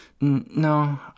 no